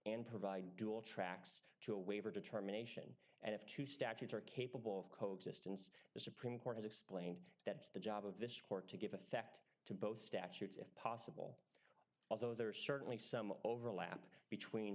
and provide dual tracks to a waiver determination and if two statutes are capable of coke systems the supreme court has explained that it's the job of this court to give effect to both statutes if possible although there are certainly some overlap between